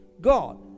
God